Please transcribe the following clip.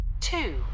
two